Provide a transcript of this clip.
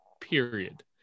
period